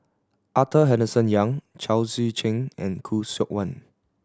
Arthur Henderson Young Chao Tzee Cheng and Khoo Seok Wan